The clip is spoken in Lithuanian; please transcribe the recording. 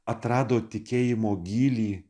atrado tikėjimo gylį